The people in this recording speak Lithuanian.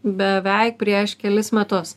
beveik prieš kelis metus